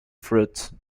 fruits